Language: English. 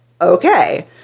Okay